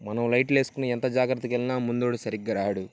మనం లైట్ వెసుకుని ఎంత జాగ్రత్తగా వెళ్ళినా ముందున్న వాడు సరిగ్గా రాడు